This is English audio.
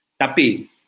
tapi